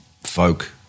folk